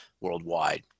worldwide